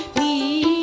the